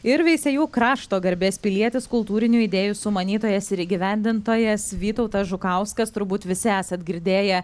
ir veisiejų krašto garbės pilietis kultūrinių idėjų sumanytojas ir įgyvendintojas vytautas žukauskas turbūt visi esat girdėję